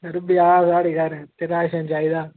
sir ब्याह् साढ़े घर ते राशन चाहिदा